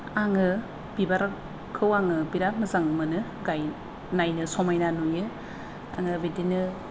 आङो बिबारखौ आङो बिराद मोजां मोनो गायनो नायनो समायना नुयो आङो बिदिनो